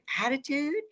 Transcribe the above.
attitude